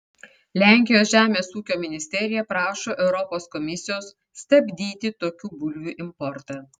lenkijos žemės ūkio ministerija prašo europos komisijos stabdyti tokių bulvių importą